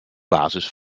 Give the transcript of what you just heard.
basis